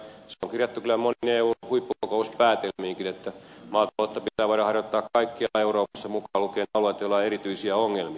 se on kirjattu kyllä moniin eun huippukokouspäätelmiinkin että maataloutta pitää voida harjoittaa kaikkialla euroopassa mukaan lukien ne alueet joilla on erityisiä ongelmia